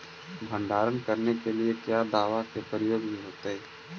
भंडारन करने के लिय क्या दाबा के प्रयोग भी होयतय?